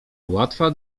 łatwa